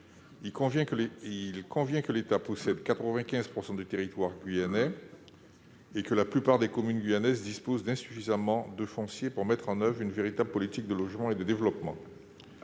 Actuellement, l'État possède 95 % du territoire guyanais et la plupart des communes guyanaises ne disposent pas de suffisamment de foncier pour mettre en oeuvre une véritable politique de logement et de développement.